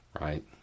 right